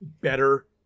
better